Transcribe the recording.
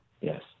Yes